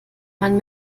man